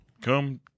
come